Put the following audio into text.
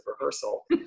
rehearsal